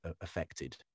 affected